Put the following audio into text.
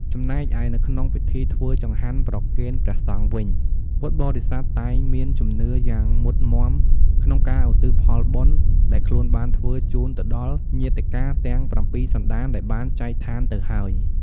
ចំណែកឯនៅក្នុងពិធីធ្វើចង្ហាន់ប្រគេនព្រះសង្ឃវិញ ពុទ្ធបរិស័ទតែងមានជំនឿយ៉ាងមុតមាំក្នុងការឧទ្ទិសផលបុណ្យដែលខ្លួនបានធ្វើជូនទៅដល់ញាតិកាទាំងប្រាំពីរសន្តានដែលបានចែកឋានទៅហើយ។